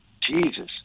Jesus